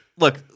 Look